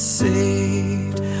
saved